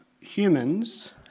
humans